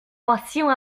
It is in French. passions